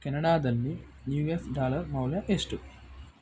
ಕೆನಡಾದಲ್ಲಿ U S dollar ಮೌಲ್ಯ ಎಷ್ಟು